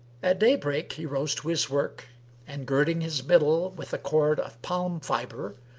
at daybreak he rose to his work and, girding his middle with a cord of palm fibre,